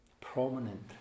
prominent